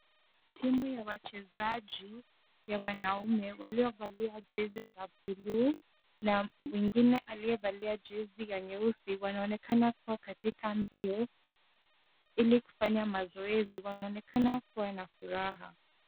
Timu ya wachezaji wanaume waliovalia jezi ya buluu na mwingine aliyevalia jezi ya nyeusi wanaonekana wakiwa katika mbio ili kufanya mazoezi, wanaonekana kuwa n furaha.